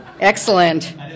Excellent